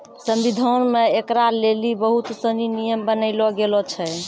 संविधान मे ऐकरा लेली बहुत सनी नियम बनैलो गेलो छै